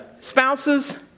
Spouses